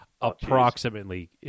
approximately